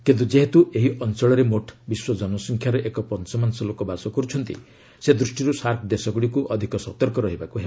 କିନ୍ତୁ ଯେହେତୁ ଏହି ଅଞ୍ଚଳରେ ମୋଟ୍ ବିଶ୍ୱ ଜନସଂଖ୍ୟାର ଏକ ପଞ୍ଚମାଂଶ ଲୋକ ବାସ କରୁଛନ୍ତି ସେ ଦୃଷ୍ଟିରୁ ସାର୍କ ଦେଶଗୁଡ଼ିକୁ ଅଧିକ ସତର୍କ ରହିବାକୁ ହେବ